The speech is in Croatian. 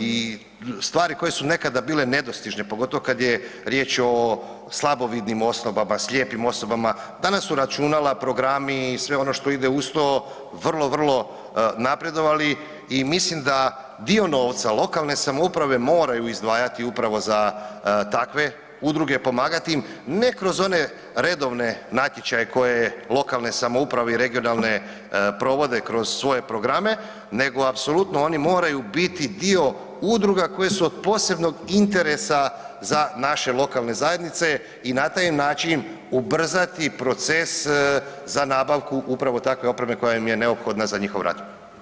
i stvari koje su nekada bile nedostižne, pogotovo kada je riječ o slabovidnim osobama, slijepim osobama, danas su računala, programi i sve ono što ide uz to vrlo, vrlo napredovali i mislim da dio novca lokalne samouprave moraju izdvajaju upravo za takve udruge i pomagati im, ne kroz one redovne natječaje koje lokalne samouprave i regionalne provode kroz svoje programe, nego apsolutno oni moraju biti dio udruga koje su od posebnog interesa za naše lokalne zajednice i na taj način ubrzati proces za nabavku upravo takve opreme koja im je neophodna za njihov rad.